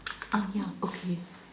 ah yeah okay